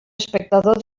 espectador